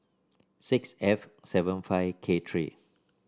six F seven five K three